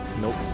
Nope